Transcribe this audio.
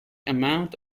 amount